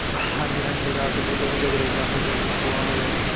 ਹਾਂਜੀ ਹਾਂਜੀ ਰਸਗੁੱਲੇ ਹੋ ਗਏ ਗਜਰੇਲਾ ਹੋ ਗਿਆ ਜੀ ਖੋਆ ਵਗੈਰਾ ਜੀ